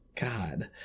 God